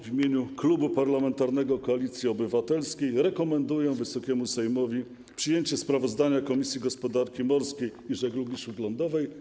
W imieniu Klubu Parlamentarnego Koalicja Obywatelska rekomenduję Wysokiemu Sejmowi przyjęcie sprawozdania Komisji Gospodarki Morskiej i Żeglugi Śródlądowej.